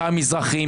כמה מזרחים,